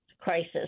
crisis